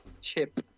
chip